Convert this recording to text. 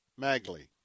Magley